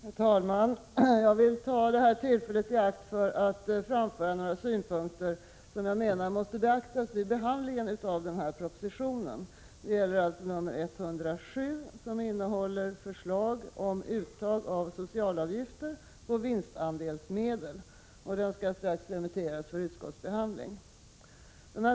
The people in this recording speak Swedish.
Herr talman! Jag vill ta detta tillfälle i akt för att framföra några synpunkter som måste beaktas vid behandlingen av proposition 107, med förslag om uttag av socialavgifter på vinstandelsmedel. Propositionen skall strax remitteras för utskottsbehandling.